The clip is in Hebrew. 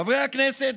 חברי הכנסת,